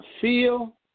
feel